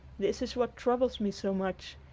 this is what troubles me so much.